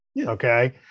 Okay